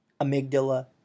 amygdala